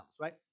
right